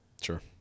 Sure